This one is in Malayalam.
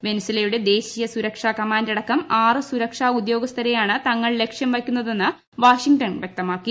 വെനിൻസുലയുടെ ദേശീയ സുരക്ഷാ കമാന്ററടക്കം ആറ് സുരക്ഷാ ഉദ്യോഗസ്ഥരെയാണ് തങ്ങൾ ലക്ഷ്യം വയ്ക്കുന്നതെന്ന് വാഷിംഗ്ടൺ വ്യക്തമാക്കി